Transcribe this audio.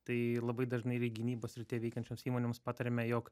tai labai dažnai ir gynybos srityje veikiančioms įmonėms patariame jog